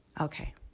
Okay